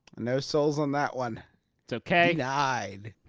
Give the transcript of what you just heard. no souls on that one. it's okay. he died.